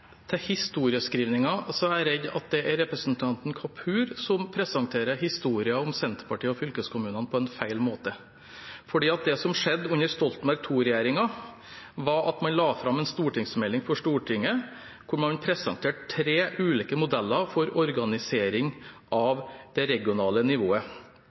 er jeg redd det er representanten Kapur som presenterer historier om Senterpartiet og fylkeskommunene på en feil måte. Det som skjedde under Stoltenberg II-regjeringen, var at man la fram for Stortinget en stortingsmelding hvor man presenterte tre ulike modeller for organisering av det regionale nivået.